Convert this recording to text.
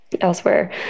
elsewhere